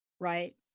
Right